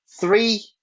three